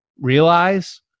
realize